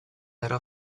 era